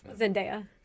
Zendaya